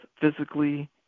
physically